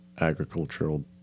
agricultural